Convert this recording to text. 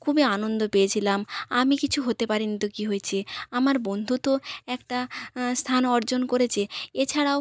খুবই আনন্দ পেয়েছিলাম আমি কিছু হতে পারিনি তো কী হয়েছে আমার বন্ধু তো একটা স্থান অর্জন করেছে এছাড়াও